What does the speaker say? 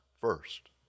first